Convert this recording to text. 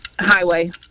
Highway